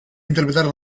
interpretar